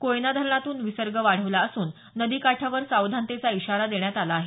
कोयना धरणातून विसर्ग वाढला असून नदी काठावर सावधानतेचा इशारा देण्यात आला आहे